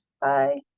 Bye